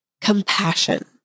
compassion